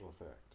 effect